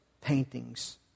paintings